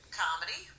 comedy